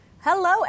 Hello